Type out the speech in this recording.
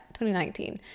2019